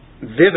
vivid